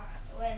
!whoa!